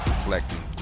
Reflecting